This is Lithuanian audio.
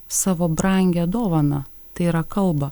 savo brangią dovaną tai yra kalbą